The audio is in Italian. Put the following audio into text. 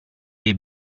dei